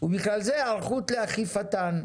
ובכלל זה היערכות לאכיפתן,